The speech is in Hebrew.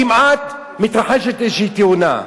כמעט מתרחשת איזו תאונה.